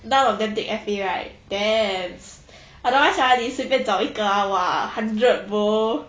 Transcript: none of them did F_A right damn otherwise ah 你随便找一个 ah !wah! hundred bo